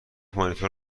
مانیتور